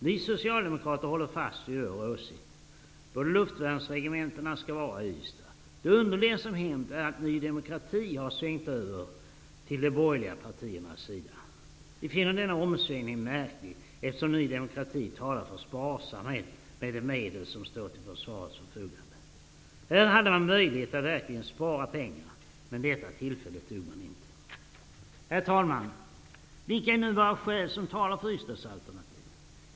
Vi socialdemokrater håller fast vid vår åsikt -- båda luftvärnsregementena skall vara placerade i Ystad. Det underliga som har hänt är att Ny demokrati har svängt över till de borgerliga partiernas sida. Vi finner denna omsvängning märklig, eftersom Ny demokrati talar för sparsamhet med de medel som står till försvarets förfogande. Här hade man möjlighet att verkligen spara pengar, men detta tillfälle tog man inte. Herr talman! Vilka är nu våra skäl som talar för Ystadsalternativet?